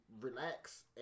relax